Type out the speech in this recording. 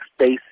space